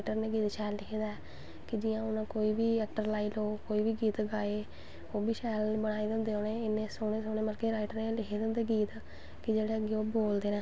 एह् होंदा कि सलवार कमीज़ पलाजो हर चीज़मतलव अलग अलग फैशन ऐ अज्ज कल बड़ा जादा फैशन ऐ अज्ज कल शोटे शोटे बच्चे बी आखदे कि सैाढ़ा कपड़ा फिटिंग दार होनां चाही दा